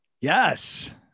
Yes